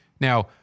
Now